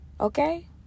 okay